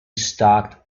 stocked